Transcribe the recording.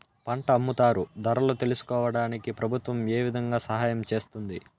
పంట అమ్ముతారు ధరలు తెలుసుకోవడానికి ప్రభుత్వం ఏ విధంగా సహాయం చేస్తుంది?